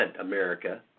America